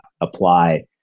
apply